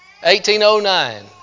1809